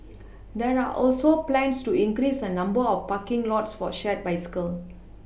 there are also plans to increase the number of parking lots for shared bicycles